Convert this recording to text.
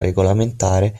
regolamentare